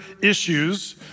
issues